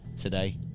today